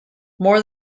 more